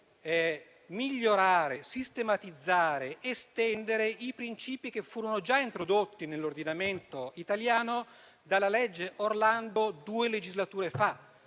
che migliorare, sistematizzare ed estendere i principi che furono già introdotti nell'ordinamento italiano dalla legge Orlando due legislature fa.